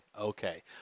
Okay